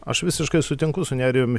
aš visiškai sutinku su nerijumi